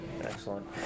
excellent